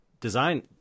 design